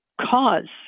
cause